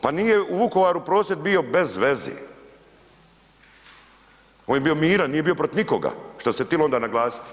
Pa nije u Vukovaru prosvjed bio bez veze, on je bio miran, nije bio protiv nikoga, što se tilo onda naglasiti.